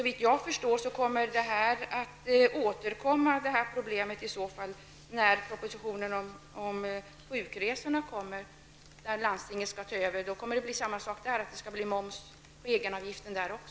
Det här problemet kommer vi att möta igen när regeringen presenterar propositionen om sjukresorna, som landstingen skall ta över. Det skall bli moms på egenavgiften även där.